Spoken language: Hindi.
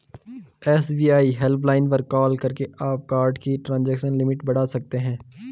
एस.बी.आई हेल्पलाइन पर कॉल करके आप कार्ड की ट्रांजैक्शन लिमिट बढ़ा सकते हैं